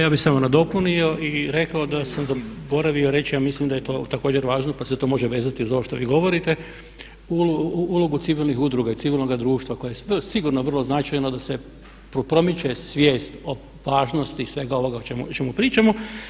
Ja bih samo nadopunio i rekao da sam zaboravio reći ja mislim da je to također važno pa se to može vezati za ovo što vi govorite, ulogu civilnih udruga i civilnoga društva koje je sigurno vrlo značajno da se promiče svijest o važnosti i svega ovoga o čemu pričamo.